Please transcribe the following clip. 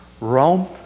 Rome